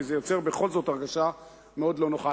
כי זה בכל זאת יוצר הרגשה מאוד לא נוחה.